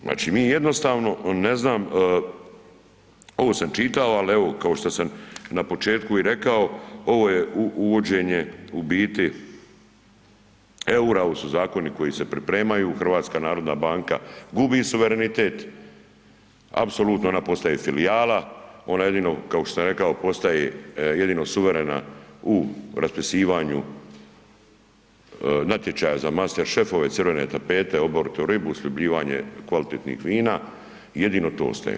Znači mi jednostavno ne znam, ovo sam čitao ali evo kao što sam na početku rekao ovo je uvođenje ubiti eura, ovo su zakoni koji se pripremaju, HNB gubi suverenitet apsolutno, ona postaje filijala, ona jedino kao što sam rekao postaje jedino suverena u raspisivanju natječaja za master šefove crvene tapete, oboritu ribu, sljubljivanje kvalitetnih vina i jedno to ostaje.